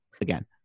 again